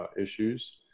issues